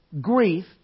grief